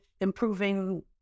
improving